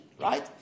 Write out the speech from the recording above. right